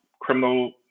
criminal